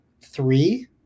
three